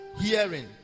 hearing